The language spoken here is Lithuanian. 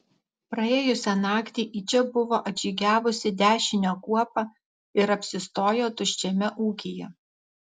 praėjusią naktį į čia buvo atžygiavusi dešinio kuopa ir apsistojo tuščiame ūkyje